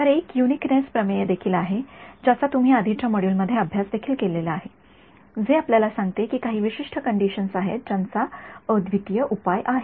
तर एक यूनिकनेस प्रमेय देखील आहे ज्याचा तुम्ही आधीच्या मॉड्यूल मध्ये अभ्यास देखील केलेला आहे जे आपल्याला सांगते की काही विशिष्ट कंडिशन्स आहेत ज्यांचा अद्वितीय उपाय आहे